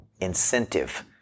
incentive